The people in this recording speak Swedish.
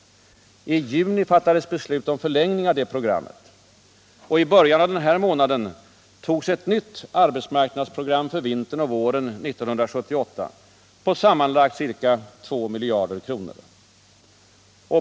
I juni fattades beslut om förlängning av det programmet. I början av denna månad togs ett nytt arbetsmarknadsprogram för vintern och våren 1978 på sammanlagt ca 2 miljarder kronor.